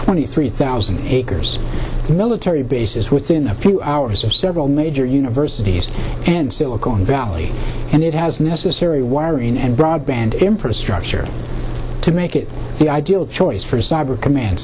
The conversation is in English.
twenty three thousand acres of military bases within a few hours of several major universities and silicon valley and it has necessary wiring and broadband infrastructure to make it the ideal choice for cyber command